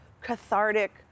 cathartic